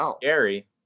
scary